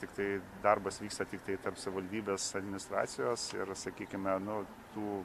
tiktai darbas vyksta tiktai tarp savivaldybės administracijos ir sakykime nu tų